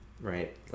right